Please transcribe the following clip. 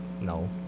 no